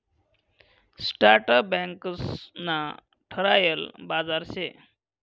startup banks ना ठरायल बाजार शे